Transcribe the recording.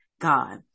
God